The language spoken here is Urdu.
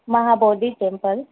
مہا بوودی ٹیمپل